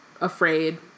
afraid